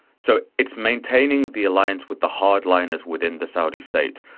so it's maintaining the alliance with the hardliners within the saudi state.